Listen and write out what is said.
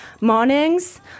Mornings